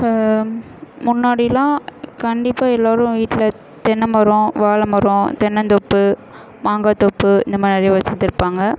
முன்னாடிலாம் கண்டிப்பாக எல்லோரும் வீட்டில் தென்னை மரம் வாழைமரம் தென்னத்தோப்பு மாங்காய் தோப்பு இந்தமாதிரி வச்சுந்துருப்பாங்க